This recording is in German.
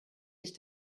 sich